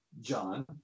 John